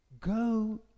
Go